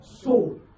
soul